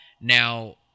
Now